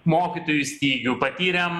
mokytojų stygių patirėm